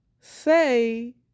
say